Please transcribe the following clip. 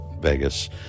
Vegas